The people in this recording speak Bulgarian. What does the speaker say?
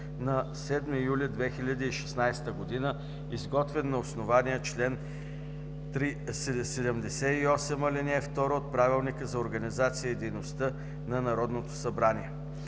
на 7 юли 2016 г., изготвен на основание чл. 78, ал. 2 от Правилника за организацията и дейността на Народното събрание.